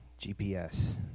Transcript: GPS